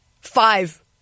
five